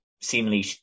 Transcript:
seemingly